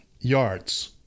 yards